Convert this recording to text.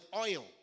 oil